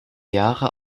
jahre